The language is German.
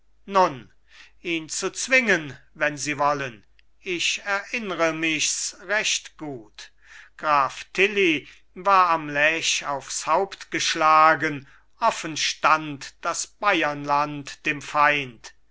ihn zu zwingen wenn sie wollen ich erinnre michs recht gut graf tilly war am lech aufs haupt geschlagen offen stand das bayerland dem feind